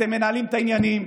אתם מנהלים את העניינים.